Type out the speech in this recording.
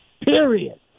Period